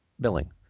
billing